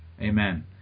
Amen